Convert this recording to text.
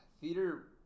theater